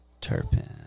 Turpin